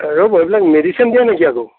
ৰ'ব এইবিলাক মেডিচিন দিয়া নেকি আকৌ